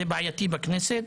זה בעייתי בכנסת,